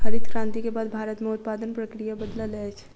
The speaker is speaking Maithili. हरित क्रांति के बाद भारत में उत्पादन प्रक्रिया बदलल अछि